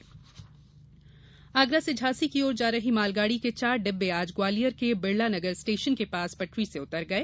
train हादसा आगरा से झांसी की ओर जा रही मालगाड़ी के चार डिब्बे आज ग्वालियर के बिड़ला नगर स्टेशन के पास पटरी से उतर गये